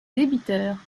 débiteur